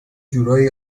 جورایی